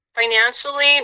Financially